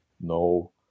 No